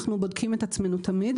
אנחנו בודקים את עצמנו תמיד,